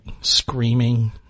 screaming